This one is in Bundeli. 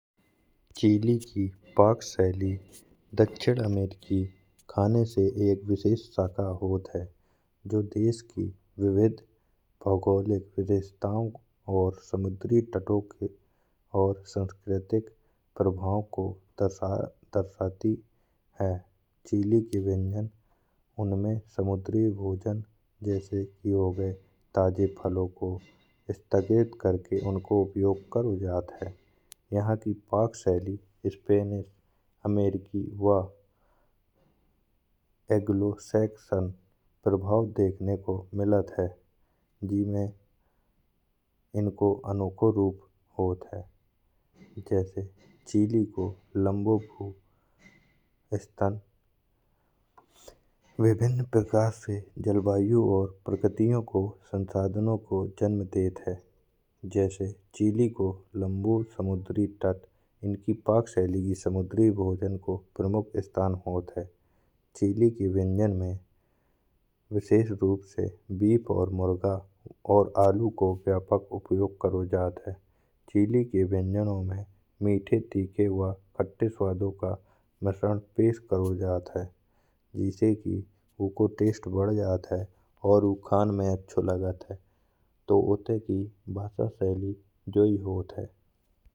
चिली की पाक शैली दक्षिण अमेरिकी खाने से एक विशेष शाखा होत है। जो देश की विविध भौगोलिक विशेषताओं को और समुद्री तटों के और सांस्कृतिक प्रभाव को दर्शाती है। चिली के व्यंजन उनमें समुद्री भोजन जैसे की हो गये ताजे फलों को स्थगित करके उनको उपयोग करो जात है। यहाँ की पाक शैली स्पेनिश अमेरिकी वा अगलो सेक्शन प्रभाव देखने को मिलत है। जिमे इनको अनोखो रूप होत है जैसे चिली को लंबो भू स्थान विभिन्न प्रकार से जलवायु और प्रगतियों को संसाधनों को जन्म देत है। जैसे चिली को लंबूर समुद्री तट इनकी पाक शैली की समुद्री भोजन को प्रमुख स्थान होत है। चिली के व्यंजन में विशेष रूप से वीप और आलू को व्यापक उपयोग करो जात है। चिली के व्यंजनों में मीठे तीखे वा खट्टे स्वादों का मिश्रण पेश करो जात है। जिसे की ऊको टेस्ट बढ़ जात है और वो खान में अच्छा लगत है। तो वादों तो उते की भाषा शैली जोई होत है।